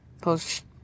post